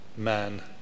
man